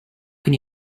can